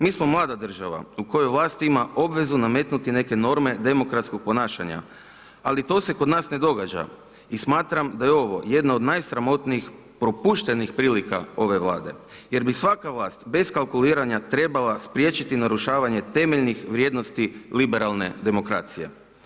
Mi smo mlada država u kojoj vlast ima obvezu nametnuti neke norme demokratskog ponašanja, ali to se kod nas ne događa i smatram da je ovo jedna od najsramotnijih propuštenih prilika ove vlade jer bi svaka vlast bez kalkuliranja trebala spriječiti narušavanje temeljnih vrijednosti liberalne demokracije.